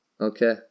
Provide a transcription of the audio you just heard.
Okay